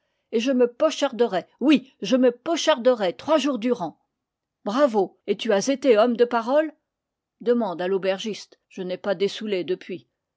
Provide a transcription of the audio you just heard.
et je me pocharderai oui je me pocharderai trois jours durant bravo et tu as été homme de parole demande à l'aubergiste je n'ai pas dessoûlé depuis